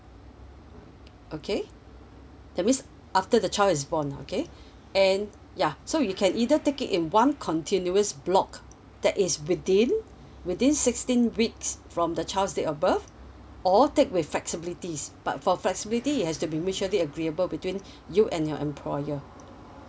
okay that means after the child is born okay and ya so you can either take it in one continuous block that is within within sixteen weeks from the child's date of birth or take with flexibilities but for flexibility it has to be mutually agreeable between you and your employer